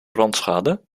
brandschade